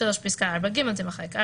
(3)פסקה (4ג) תימחק,